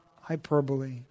hyperbole